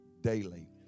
daily